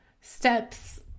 steps